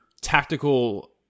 tactical